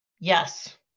Yes